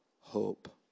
hope